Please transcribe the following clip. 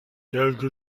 quelque